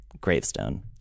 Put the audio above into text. gravestone